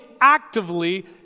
actively